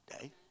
day